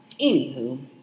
Anywho